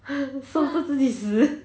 射自己死